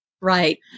right